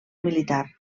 militar